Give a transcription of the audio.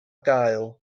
gael